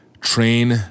train